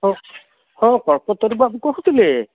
ହଁ ହଁ କଳ୍ପତରୁ ବାବୁ କହୁଥିଲେ